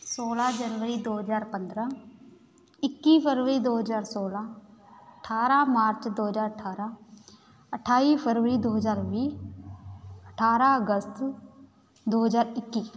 ਸੋਲਾਂ ਜਨਵਰੀ ਦੋ ਹਜ਼ਾਰ ਪੰਦਰਾਂ ਇੱਕੀ ਫਰਵਰੀ ਦੋ ਹਜ਼ਾਰ ਸੋਲਾਂ ਅਠਾਰਾਂ ਮਾਰਚ ਦੋ ਹਜ਼ਾਰ ਅਠਾਰਾਂ ਅਠਾਈ ਫਰਵਰੀ ਦੋ ਹਜ਼ਾਰ ਵੀਹ ਅਠਾਰਾਂ ਅਗਸਤ ਦੋ ਹਜ਼ਾਰ ਇੱਕੀ